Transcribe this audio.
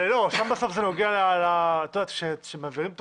אבל כשמעבירים תוכנית,